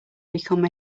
become